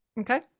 Okay